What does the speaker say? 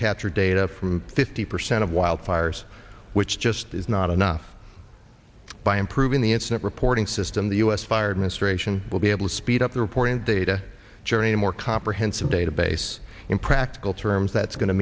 capture data from fifty percent of wildfires which just is not enough by improving the instant reporting system the u s fired ministration will be able to speed up the report and data journey a more comprehensive database in practical terms that's go